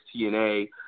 TNA